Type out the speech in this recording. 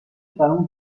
برامون